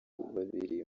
babiri